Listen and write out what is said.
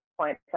point